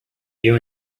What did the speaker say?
you